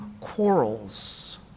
quarrels